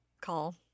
call